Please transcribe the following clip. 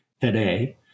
today